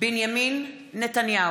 מתחייב אני בנימין נתניהו,